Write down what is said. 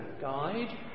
guide